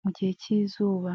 mu gihe cy'izuba.